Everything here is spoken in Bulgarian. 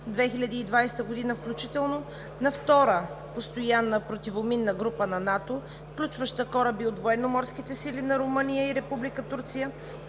2020 г. включително на Втора постоянна противоминна група на НАТО, включваща кораби от Военноморските сили на Румъния и Република Турция,